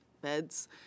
beds